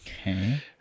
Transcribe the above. Okay